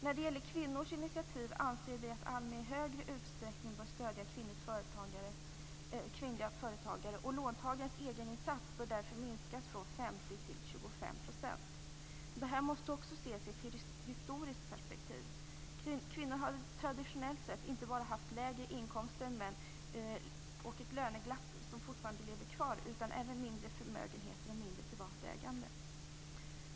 När det gäller kvinnors initiativ anser vi att ALMI i större utsträckning bör stödja kvinnliga företagare, och låntagares egeninsats bör minskas från 50 till 25 %. Det måste också ses i ett historiskt perspektiv. Kvinnor har traditionellt sett inte bara haft lägre inkomster och ett löneglapp som fortfarande lever kvar, utan även mindre förmögenheter och mindre privat ägande.